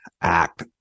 Act